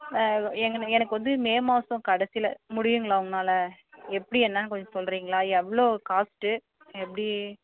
ஆ எங்கள் எனக்கு வந்து மே மாதம் கடைசியில் முடியுங்களா உங்களால் எப்படி என்னென்னு கொஞ்சம் சொல்கிறீங்களா எவ்வளோ காஸ்ட்டு எப்படி